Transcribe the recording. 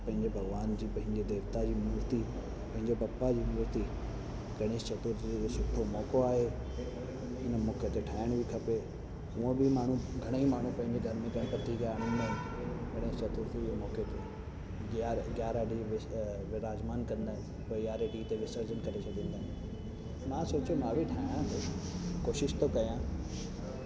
पंहिंजे भॻवान जी पंहिंजे देवता जी मूर्ती पंहिंजे बप्पा जी मूर्ती गणेश चतुर्थी जो हिकु सुठो मौक़ो आहे उन मौके ते ठाहिण बि खपे हूअं बि माण्हू घणेई माण्हू पंहिंजे घर में गणपती खे आणींदा आहिनि गणेश चतुर्थी जे मौक़े ते ग्यारहं ग्यारहं ॾींहं बि विराजमान कंदा आहिनि पोइ यारहें ॾींहं ते विसर्जन करे छॾींदा आहिनि मां सोचियो मां बि ठाहियां थो कोशिश थो कयां